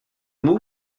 move